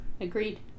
Agreed